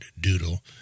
Doodle